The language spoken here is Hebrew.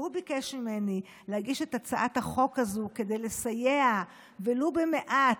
והוא ביקש ממני להגיש את הצעת החוק הזאת כדי לסייע ולו במעט,